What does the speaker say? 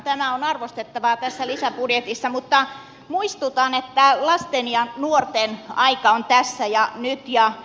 tämä on arvostettavaa tässä lisäbudjetissa mutta muistutan että lasten ja nuorten aika on tässä ja nyt